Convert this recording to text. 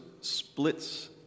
splits